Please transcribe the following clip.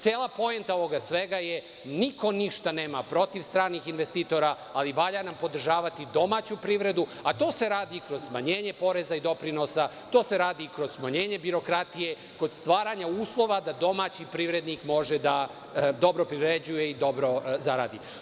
Cela poenta ovoga svega – niko ništa nema protiv stranih investitora, ali valja nam podržavati domaću privredu, a to se radi kroz smanjenje poreza i doprinosa, to se radi kroz smanjenje birokratije, kod stvaranja uslova da domaći privrednik može da dobro privređuje i dobro zaradi.